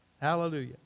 Hallelujah